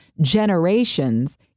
generations